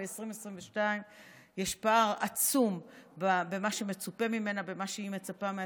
ב-2022 יש פער עצום במה שמצופה ממנה ומה שהיא מצפה מעצמה,